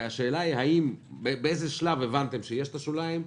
והשאלה היא באיזה שלב הבנתם שיש שוליים?